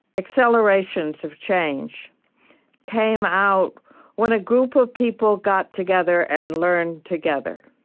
accelerations of change came out when a group of people got together and learned together